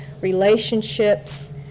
relationships